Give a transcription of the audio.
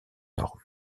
norme